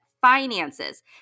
finances